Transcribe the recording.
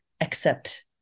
accept